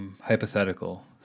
Hypothetical